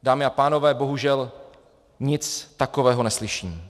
Dámy a pánové, bohužel nic takového neslyším.